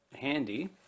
handy